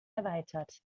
erweitert